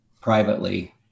privately